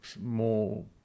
more